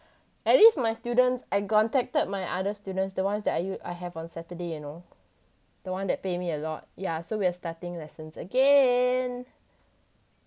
at least my students I contacted my other students the ones that I u~ I have on saturday you know the one that pay me a lot yeah so we're starting lessons again